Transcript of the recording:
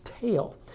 tail